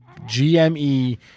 GME –